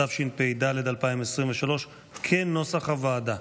התשפ"ד 2023, כנוסח הוועדה.